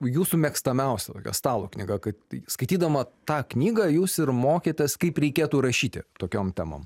jūsų mėgstamiausia tokia stalo knyga kad skaitydama tą knygą jūs ir mokėtės kaip reikėtų rašyti tokiom temom